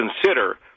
consider